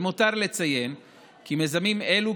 למותר לציין כי מיזמים אלו,